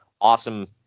awesome